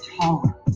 taller